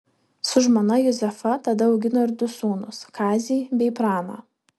su žmona juzefa tada augino du sūnus kazį bei praną